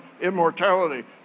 immortality